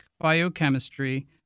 biochemistry